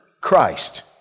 Christ